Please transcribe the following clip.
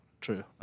True